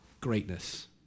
greatness